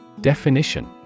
Definition